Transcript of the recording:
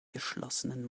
geschlossenen